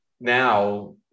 now